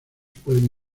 pueden